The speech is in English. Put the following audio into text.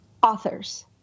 Authors